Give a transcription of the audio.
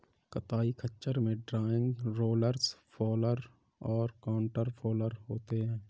कताई खच्चर में ड्रॉइंग, रोलर्स फॉलर और काउंटर फॉलर होते हैं